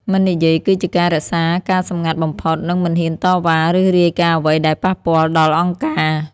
«មិននិយាយ» គឺជាការរក្សាការសម្ងាត់បំផុត និងមិនហ៊ានតវ៉ា ឬរាយការណ៍អ្វីដែលប៉ះពាល់ដល់អង្គការ។